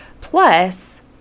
plus